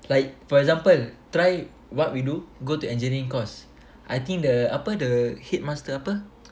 like for example try what we do go to engineering course I think the apa the headmaster apa